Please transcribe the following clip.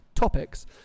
topics